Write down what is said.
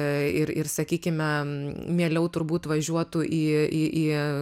ir ir sakykime mieliau turbūt važiuotų į į į